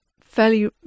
fairly